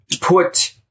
put